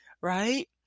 right